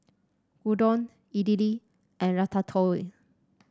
Gyudon Idili and Ratatouille